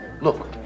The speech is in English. Look